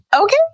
Okay